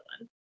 one